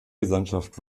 gesandtschaft